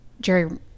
jerry